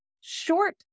short